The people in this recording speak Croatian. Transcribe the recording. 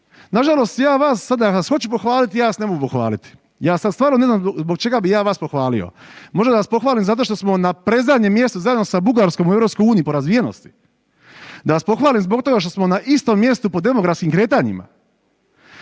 Nažalost, ja vas sada da vas hoću pohvalit, ja vas ne mogu pohvaliti. Ja sad stvarno ne znam zbog čega bi ja vas pohvalio. Možda da vas pohvalim zato što smo na predzadnjem mjestu zajedno sa Bugarskom u EU po razvijenosti, da vas pohvalim zbog toga što smo na istom mjestu po demografskim kretanjima.